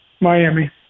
Miami